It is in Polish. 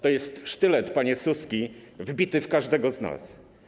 To jest sztylet, panie Suski, wbity w każdego z nas.